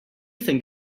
think